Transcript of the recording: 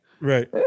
right